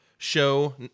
show